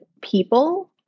people